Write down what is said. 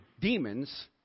demons